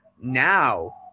now